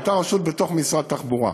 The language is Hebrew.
הייתה רשות בתוך משרד התחבורה,